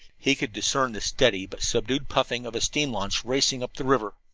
he could discern the steady but subdued puffing of a steam launch racing up the river.